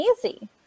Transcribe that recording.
easy